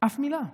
אף מילה.